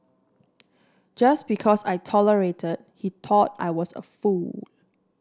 just because I tolerate he thought I was a fool